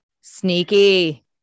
Sneaky